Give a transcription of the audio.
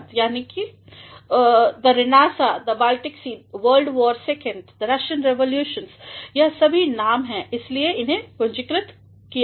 The Baltic Sea The Renaissance World War Second The Russian Revolutions यह सभी नाम हैं और इसलिए उन्हें पूंजीकृतकिया गया है